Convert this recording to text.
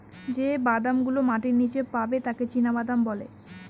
যে বাদাম গুলো মাটির নীচে পাবে তাকে চীনাবাদাম বলে